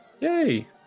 Yay